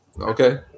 Okay